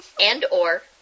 and/or